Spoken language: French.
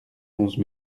onze